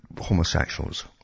homosexuals